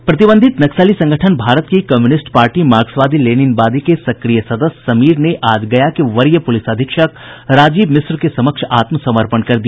प्रतिबंधित नक्सली संगठन भारत की कम्यूनिस्ट पार्टी मार्क्सवादी लेनिनवादी के सक्रिय सदस्य समीर ने आज गया के वरीय पुलिस अधीक्षक राजीव मिश्र के समक्ष आत्मसमर्पण कर दिया